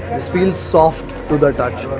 this feels soft to the touch.